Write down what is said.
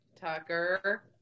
Tucker